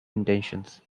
intentions